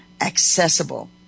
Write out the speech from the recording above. accessible